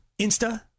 Insta